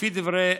לפי דברי